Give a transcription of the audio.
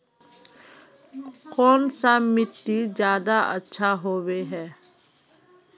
कौन सा मिट्टी ज्यादा अच्छा होबे है?